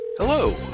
Hello